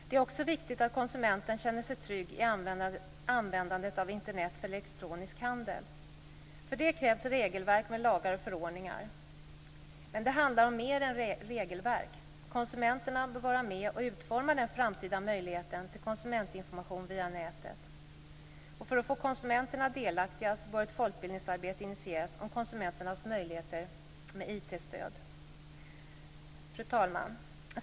Dessutom är det viktigt att konsumenten känner sig trygg i användandet av Internet för elektronisk handel. För det krävs regelverk med lagar och förordningar men det handlar om mer än regelverk - konsumenterna bör vara med och utforma den framtida möjligheten till konsumentinformation via nätet. För att få konsumenterna delaktiga bör ett folkbildningsarbete initieras om konsumenternas möjligheter vad gäller IT-stöd. Fru talman!